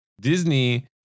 Disney